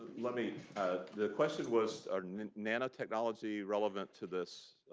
like i mean ah the question was, are nanotechnology relevant to this